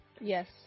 yes